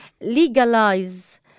legalize